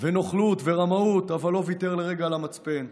ונוכלות ורמאות, אבל לא ויתר לרגע על המצפן,